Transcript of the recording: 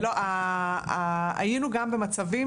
היינו גם במצבים